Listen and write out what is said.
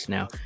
Now